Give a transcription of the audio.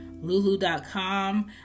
Lulu.com